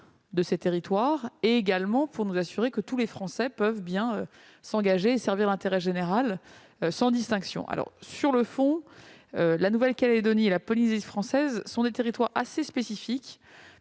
de ces territoires et pour nous assurer que tous les Français peuvent bien s'engager et servir l'intérêt général, sans distinction. Sur le fond, la Nouvelle-Calédonie et la Polynésie française sont des territoires assez spécifiques,